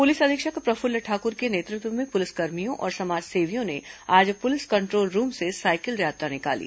police अधीक्षक प्रफुल्ल ठाकुर के नेतृत्व में पुलिसकर्मियों और समाज सेवियों ने आज पुलिस कंट्रोल रूम से साइकिल यात्रा निकाली